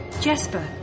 Jesper